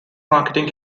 marketing